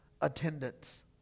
attendance